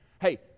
Hey